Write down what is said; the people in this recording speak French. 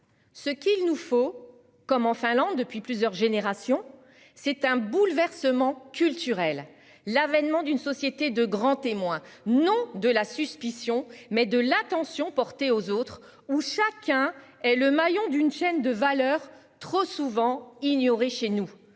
Ce qu'il nous faut comme en Finlande depuis plusieurs générations. C'est un bouleversement culturel l'avènement d'une société de grands témoins non de la suspicion, mais de l'attention portée aux autres où chacun est le maillon d'une chaîne de valeur, trop souvent ignorées. Chez nous,